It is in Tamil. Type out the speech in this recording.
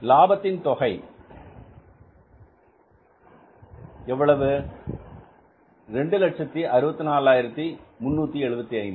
லாபத்தின் தொகை இங்கே எவ்வளவு 264375